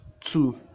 Two